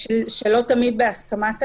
שלא תמיד בהסכמת ההורה?